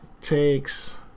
takes